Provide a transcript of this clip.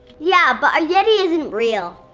yeah, but a yeti isn't real.